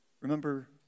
remember